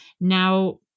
now